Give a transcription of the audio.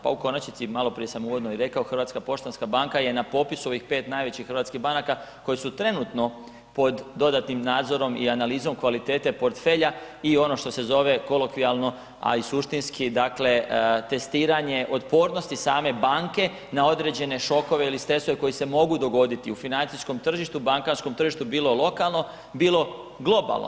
Pa u konačnici maloprije sam uvodno i rekao HPB je na popisu ovih najvećih hrvatskih banaka koje su trenutno po dodatnim nadzorom i analizom kvalitete portfelja i ono što se zove kolokvijalno, a i suštinski testiranje otpornosti same banke na određene šokove ili stresove koji se mogu dogoditi u financijskom tržištu, bankarskom tržištu bilo lokalno, bilo globalno.